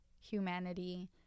humanity